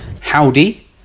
howdy